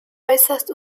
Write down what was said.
äußerst